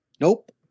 Nope